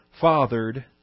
fathered